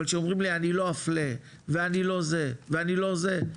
אבל כשאומרים לי אני לא אפלה ואני לא זה ואני לא זה,